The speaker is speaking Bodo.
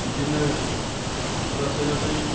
बिदिनो लासै लासै